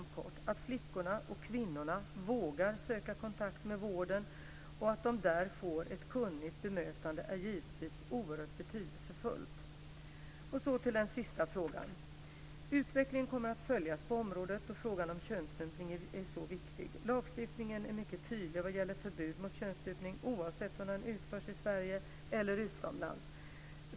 Det är givetvis oerhört betydelsefullt att flickorna och kvinnorna vågar söka kontakt med vården och att de där får ett kunnigt bemötande. Nu kommer jag till den sista frågan. Utvecklingen kommer att följas på området då frågan om könsstympning är så viktig. Lagstiftningen är mycket tydlig vad gäller förbud mot könsstympning oavsett om den utförs i Sverige eller utomlands.